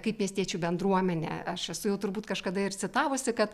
kaip miestiečių bendruomenė aš esu jau turbūt kažkada ir citavusi kad